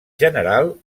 general